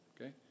Okay